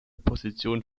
position